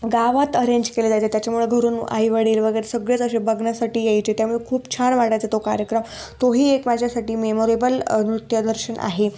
गावात अरेंज केले जायचे त्याच्यामुळं घरून आई वडील वगैरे सगळेच असे बघण्यासाठी यायचे त्यामुळे खूप छान वाटायचं तो कार्यक्रम तोही एक माझ्यासाटी मेमोरेबल नृत्यदर्शन आहे